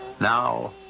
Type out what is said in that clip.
Now